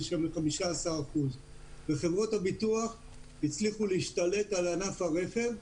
15%. חברות הביטוח הצליחו להשתלט על ענף הרכב,